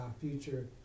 future